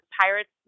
Pirates